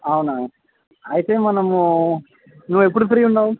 అవునా అయితే మనము నువ్వు ఎప్పుడు ఫ్రీ ఉన్నావు